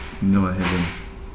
no I haven't